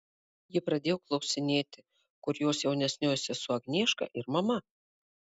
ji pradėjo klausinėti kur jos jaunesnioji sesuo agnieška ir mama